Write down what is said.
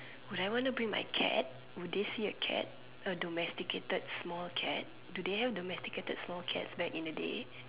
would I want to bring my cat would they see a cat a domesticated small cat do they have domesticated small cats back in the day